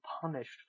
punished